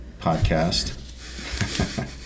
podcast